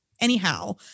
anyhow